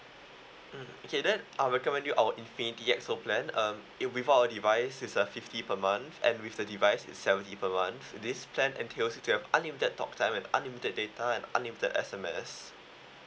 mm okay then I'll recommend you our infinity X O plan um if without a device it's uh fifty per month and with the device it's seventy per month this plan entails you to have unlimited talk time and unlimited data and unlimited S_M_S